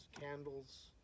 candles